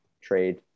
trade